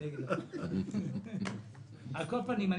אני אגיד לך --- על כל פנים,